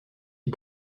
est